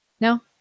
no